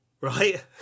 right